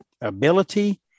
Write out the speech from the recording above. ability